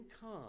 come